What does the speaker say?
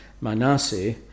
Manasseh